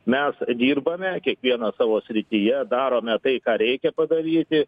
mes dirbame kiekvienas savo srityje darome tai ką reikia padaryti